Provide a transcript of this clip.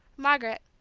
margaret,